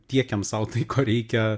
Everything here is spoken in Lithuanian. tiekiam sau tai ko reikia